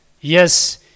yes